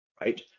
right